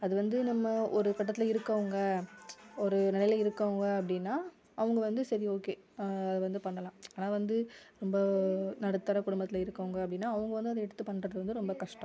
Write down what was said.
அது வந்து நம்ம ஒரு கட்டத்தில் இருக்கறவங்க ஒரு நிலையில இருக்கறவங்க அப்படின்னா அவங்க வந்து சரி ஓகே அது வந்து பண்ணலாம் ஆனால் வந்து ரொம்ப நடுத்தர குடும்பத்தில் இருக்கறவங்க அப்படின்னா அவங்க வந்து அதை எடுத்து பண்ணுறது வந்து ரொம்ப கஷ்டம்